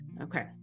okay